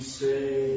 say